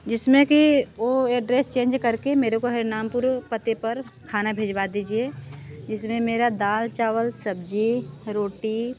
जिसमें कि वो एड्रेस चेंज करके मेरे को हरिनामपुर पते पर खाना भिजवा दीजिए जिसमें मेरा दाल चावल सब्ज़ी रोटी